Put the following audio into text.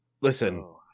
listen